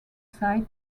site